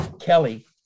Kelly